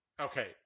okay